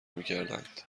میکردند